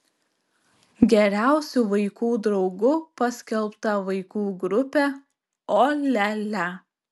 geriausiu vaikų draugu paskelbta vaikų grupė o lia lia